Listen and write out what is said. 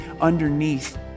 underneath